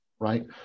right